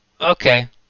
okay